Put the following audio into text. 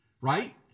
right